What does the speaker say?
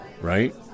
Right